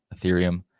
Ethereum